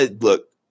Look